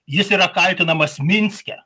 jis yra kaltinamas minske